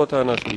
בטרם העמדה לדין,